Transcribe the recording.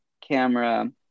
camera